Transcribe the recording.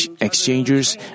exchangers